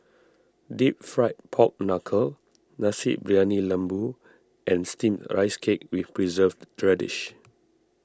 Deep Fried Pork Knuckle Nasi Briyani Lembu and Steamed Rice Cake with Preserved Radish